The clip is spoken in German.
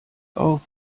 auf